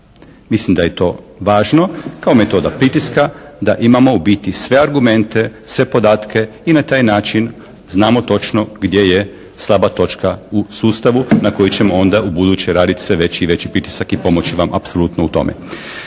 Mislim da je to važno. Kao i metoda pritiska da imam u biti sve argumente, sve podatke i na taj način znamo točno gdje je slaba točka u sustavu na koje ćemo onda u buduće raditi sve veći i veći pritisak i pomoći vam apsolutno u tome.